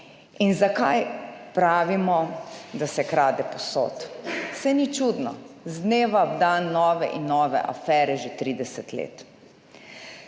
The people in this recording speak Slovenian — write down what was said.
In zakaj pravimo, da se krade povsod? Saj ni čudno, iz dneva v dan nove in nove afere že 30 let.